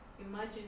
imagine